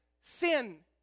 sin